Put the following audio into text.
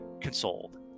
consoled